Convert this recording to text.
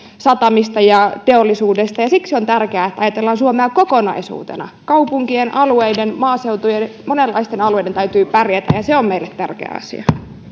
satamista ja teollisuudesta siksi on tärkeää että ajatellaan suomea kokonaisuutena kaupunkien alueiden ja maaseudun monenlaisten alueiden täytyy pärjätä ja ja se on meille tärkeä asia